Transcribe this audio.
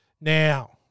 Now